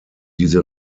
diese